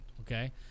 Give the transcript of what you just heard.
Okay